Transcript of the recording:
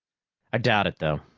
i doubt it, though.